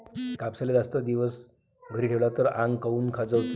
कापसाले जास्त दिवस घरी ठेवला त आंग काऊन खाजवते?